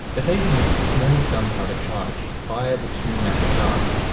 the taser used a small gun powder charge to fire the two metal darts.